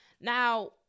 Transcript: Now